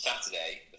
Saturday